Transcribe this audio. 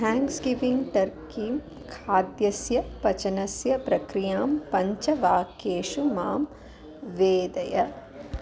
thanks giving टर्कीं खाद्यस्य पचनस्य प्रक्रियां पञ्चवाक्येषु मां वेदय